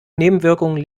nebenwirkungen